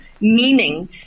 meaning